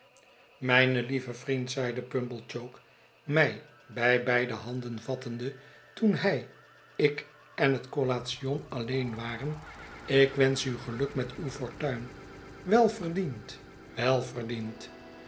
mijn lieve vriend zeide pumblechook mij bij beide handen vattende toen hij ik en het collation alleen waren ik wensch u geluk met uw fortuin wel verdiend